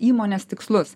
įmonės tikslus